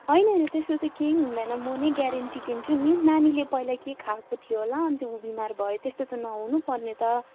होइन होइन त्यस्तो त केही हुँदैन म नै ग्यारेन्टी दिन्छु नि नानीले पहिला के खाएको थियो होला अन्त उ बिमार भयो त्यस्तो त नहुनुपर्ने त